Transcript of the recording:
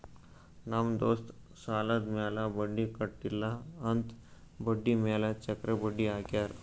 ನಮ್ ದೋಸ್ತ್ ಸಾಲಾದ್ ಮ್ಯಾಲ ಬಡ್ಡಿ ಕಟ್ಟಿಲ್ಲ ಅಂತ್ ಬಡ್ಡಿ ಮ್ಯಾಲ ಚಕ್ರ ಬಡ್ಡಿ ಹಾಕ್ಯಾರ್